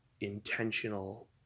intentional